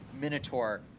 Minotaur